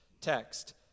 text